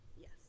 Yes